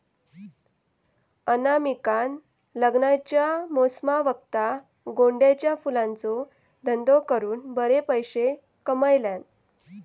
अनामिकान लग्नाच्या मोसमावक्ता गोंड्याच्या फुलांचो धंदो करून बरे पैशे कमयल्यान